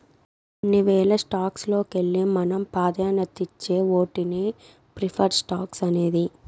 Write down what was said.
కొన్ని వేల స్టాక్స్ లోకెల్లి మనం పాదాన్యతిచ్చే ఓటినే ప్రిఫర్డ్ స్టాక్స్ అనేది